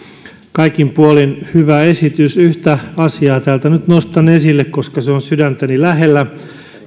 kaikin puolin hyvä esitys yhtä asiaa täältä nyt nostan esille koska se on sydäntäni lähellä